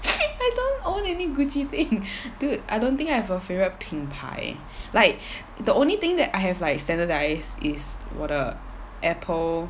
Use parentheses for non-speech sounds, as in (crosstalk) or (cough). (laughs) I don't own any gucci thing dude I don't think I have a favourite 品牌 like the only thing that I have like standardised is what um apple